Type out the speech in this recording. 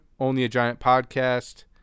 Onlyagiantpodcast